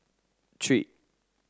three